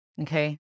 okay